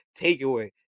takeaway